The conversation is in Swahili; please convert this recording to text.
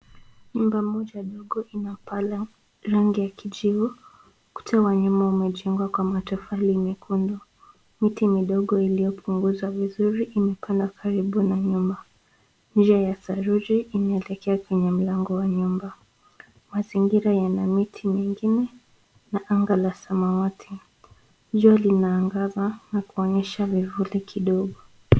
Nyumba moja ndogo ina paa la rangi ya kijivu. Ukuta wa nyuma umejengwa kwa matofali mekundu. Miti midogo iliyopunguzwa vizuri imepanda karibu na nyumba. Njia ya saruji, inaelekea kwenye mlango wa nyumba. Mazingira yana miti mingine, na anga la samawati. Jua linaangaza, na kuonyesha vivuli kidogo.